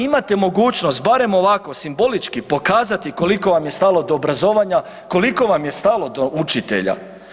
Imate mogućnost barem ovako simbolički pokazati koliko vam je stalo do obrazovanja, koliko vam je stalo do učitelja.